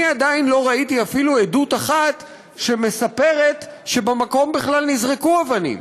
אני עדיין לא ראיתי אפילו עדות אחת שמספרת שבמקום בכלל נזרקו אבנים.